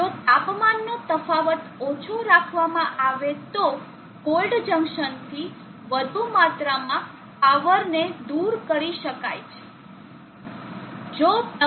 તેથી જો તાપમાનનો તફાવત ઓછો રાખવામાં આવે તો કોલ્ડ જંકશન થી વધુ માત્રામાં પાવરને દૂર કરી શકાય છે